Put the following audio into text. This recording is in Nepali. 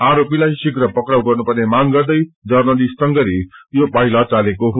आरोपीलाई शीघ्र पक्राउ गर्नुपर्ने मांग गर्दै जन्रलिष्ट संघले यो पाइला चालेको हो